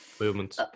movements